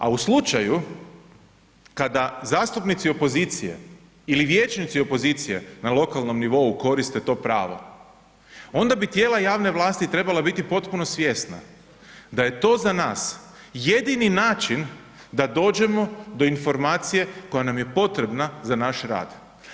A u slučaju kada zastupnici opozicije ili vijećnici opozicije na lokalnom nivou koriste to pravo, onda bi tijela javne vlasti trebala biti potpuno svjesna da je to za nas jedini način da dođemo do informacije koja nam je potrebna za naš rad.